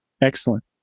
Excellent